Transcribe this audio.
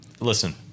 Listen